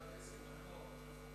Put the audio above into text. יש לי הצעת חוק.